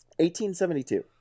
1872